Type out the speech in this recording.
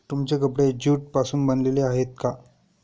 तुमचे कपडे ज्यूट पासून बनलेले आहेत का?